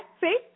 See